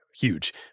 huge